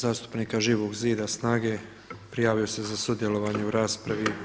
Klub zastupnika Živog zida, SNAGA-e prijavio se za sudjelovanje u raspravi.